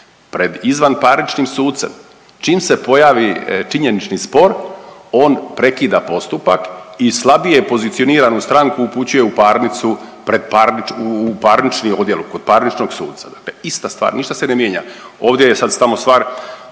Pred izvanparničnim sucem čim se pojavi činjenični spor on prekida postupak i slabije pozicioniranu stranku upućuje u parnicu pred parnič…, u parnični odjel kod parničnog suca, dakle ista stvar, ništa se ne mijenja. Ovdje je sad samo stvar